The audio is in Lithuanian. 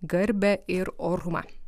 garbę ir orumą